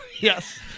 Yes